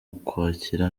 ukwakira